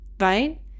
right